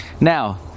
Now